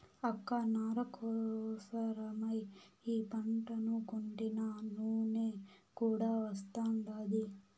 అక్క నార కోసరమై ఈ పంటను కొంటినా నూనె కూడా వస్తాండాది